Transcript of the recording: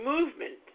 Movement